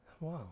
wow